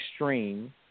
extreme